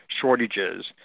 shortages